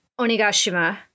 Onigashima